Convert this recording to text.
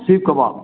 seek कबाब